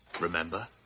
remember